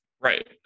Right